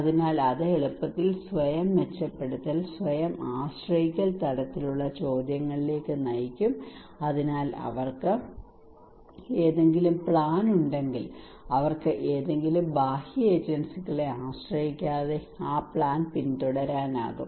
അതിനാൽ അത് എളുപ്പത്തിൽ സ്വയം മെച്ചപ്പെടുത്തൽ സ്വയം ആശ്രയിക്കൽ തരത്തിലുള്ള ചോദ്യങ്ങളിലേക്ക് നയിക്കും അതിനാൽ അവർക്ക് എന്തെങ്കിലും പ്ലാൻ ഉണ്ടെങ്കിൽ അവർക്ക് ഏതെങ്കിലും ബാഹ്യ ഏജൻസികളെ ആശ്രയിക്കാതെ ആ പ്ലാൻ പിന്തുടരാനാകും